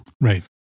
Right